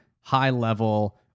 high-level